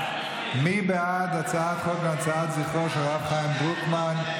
מי בעד הצעת חוק להנצחת זכרו של הרב חיים דרוקמן?